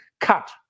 cut